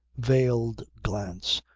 veiled glance,